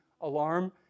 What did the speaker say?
alarm